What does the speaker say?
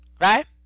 right